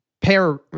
pair